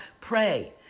pray